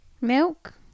Milk